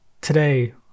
today